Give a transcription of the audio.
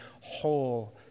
whole